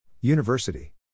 University